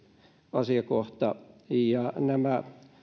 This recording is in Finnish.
asiakohta nämä